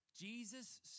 Jesus